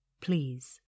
please